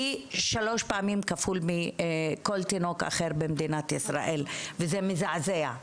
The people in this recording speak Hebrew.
היא שלוש פעמים כפול מכל תינוק אחר במדינת ישראל וזה מזעזע,